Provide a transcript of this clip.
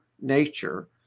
nature